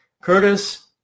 Curtis